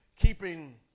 keeping